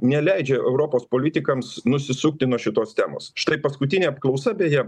neleidžia europos politikams nusisukti nuo šitos temos štai paskutinė apklausa beje